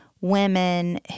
women